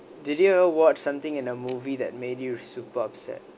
did you ever watch something in a movie that made you super upset